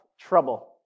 Trouble